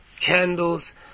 candles